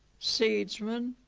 seedsman,